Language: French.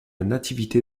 nativité